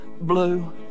blue